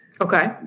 Okay